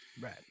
Right